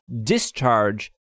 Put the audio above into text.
Discharge